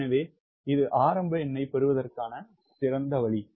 எனவே இது ஆரம்ப எண்ணைப் பெறுவதற்கான சிறந்த வழி